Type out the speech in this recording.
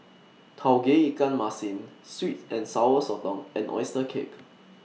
Tauge Ikan Masin Sweet and Sour Sotong and Oyster Cake